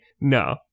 no